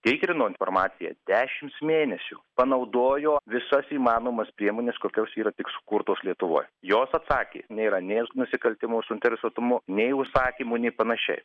tikrino informaciją dešims mėnesių panaudojo visas įmanomas priemones kokios yra tik sukurtos lietuvos jos atsakė nėra nei nusikaltimo suinteresuotumo nei užsakymų nei panašiai